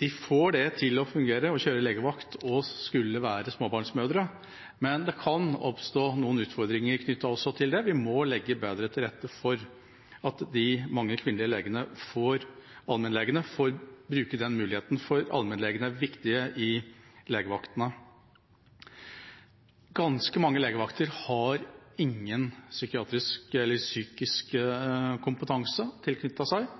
De får det til å fungere, det å kjøre legevakt og være småbarnsmødre, men det kan oppstå noen utfordringer knyttet til det. Vi må legge bedre til rette for at de mange kvinnelige allmennlegene får bruke den muligheten, for allmennlegene er viktige i legevakten. Ganske mange legevakter har ingen psykiatrisk eller psykisk kompetanse tilknyttet seg –